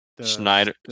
Schneider